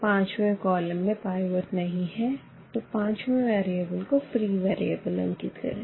पांचवें कॉलम में पाइवट नहीं है तो पांचवें वेरिएबल को फ्री वेरिएबल अंकित करें